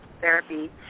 therapy